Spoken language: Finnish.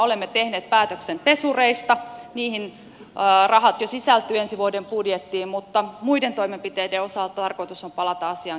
olemme tehneet päätöksen pesureista niihin rahat jo sisältyvät ensi vuoden budjettiin mutta muiden toimenpiteiden osalta tarkoitus on palata asiaan kehysriihessä